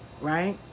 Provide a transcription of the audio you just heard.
Right